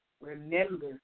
Remember